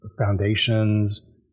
foundations